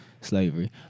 slavery